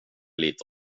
lite